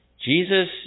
Jesus